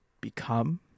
become